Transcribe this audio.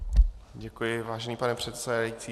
Děkuji, vážený pane předsedající.